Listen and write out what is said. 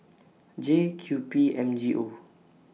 J Q P M G O